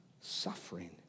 suffering